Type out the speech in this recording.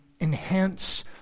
Enhance